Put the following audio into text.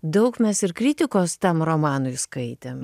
daug mes ir kritikos tam romanui skaitėm